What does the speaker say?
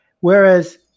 Whereas